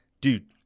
dude